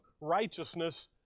righteousness